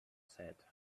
said